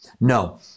No